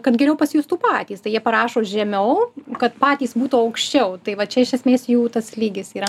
kad geriau pasijustų patys tai jie parašo žemiau kad patys būtų aukščiau tai va čia iš esmės jų tas lygis yra